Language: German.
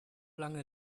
lange